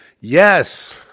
Yes